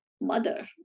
mother